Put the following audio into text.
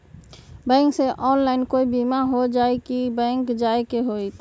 Bank से online कोई बिमा हो जाई कि बैंक जाए के होई त?